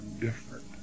different